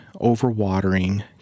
over-watering